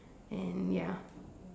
and ya